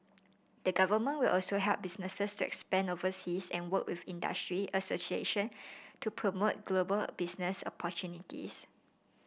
the government will also help businesses to expand overseas and work with industry association to promote global business opportunities